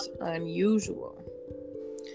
unusual